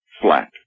flat